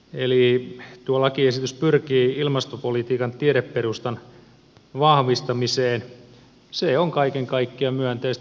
eli tuo lakiesitys pyrkii ilmastopolitiikan tiedeperustan vahvistamiseen se on kaiken kaikkiaan myönteistä